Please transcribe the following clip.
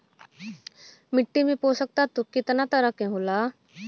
मिट्टी में पोषक तत्व कितना तरह के होला?